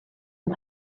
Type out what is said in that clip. and